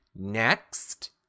Next